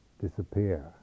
disappear